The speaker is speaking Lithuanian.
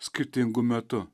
skirtingu metu